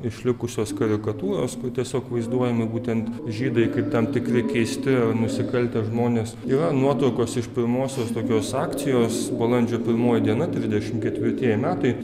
išlikusios karikatūros kur tiesiog vaizduojami būtent žydai kaip tam tikri keisti ar nusikaltę žmonės yra nuotraukos iš pirmosios tokios akcijos balandžio pirmoji diena trisdešimt ketvirtieji metai